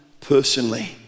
personally